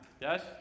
Yes